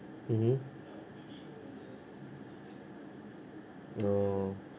mmhmm orh